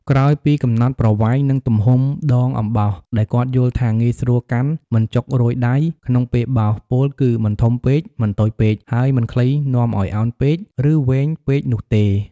ក្រោយពីកំណត់ប្រវែង និងទំហំដងអំបោស ដែលគាត់យល់ថាងាយស្រួលកាន់មិនចុករយដៃក្នុងពេលបោស ពោលគឺ មិនធំពេក មិនតូចពេក ហើយមិនខ្លីនាំឲ្យអោនពេក រឺវែងពេកនោះទេ។